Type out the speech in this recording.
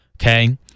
okay